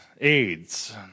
AIDS